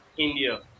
India